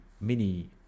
mini